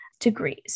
Degrees